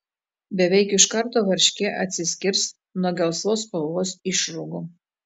beveik iš karto varškė atsiskirs nuo gelsvos spalvos išrūgų